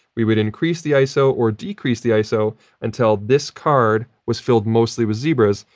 we would increase the iso or decrease the iso until this card was filled mostly with zebras,